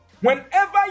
Whenever